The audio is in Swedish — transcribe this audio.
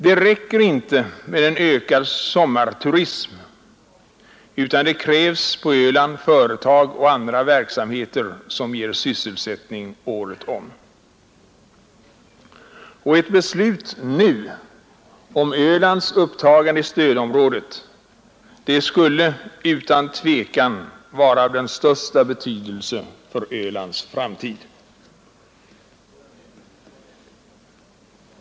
Det räcker inte med en ökad sommarturism utan det krävs på Öland företag och andra verksamheter som ger sysselsättning året om. Och ett beslut nu om Ölands upptagande i stödområdet skulle utan tvivel vara av den största betydelse för Ölands framtid.